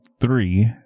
three